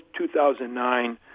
2009